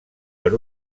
per